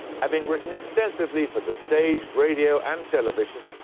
having written extensively for the stage, radio, and television,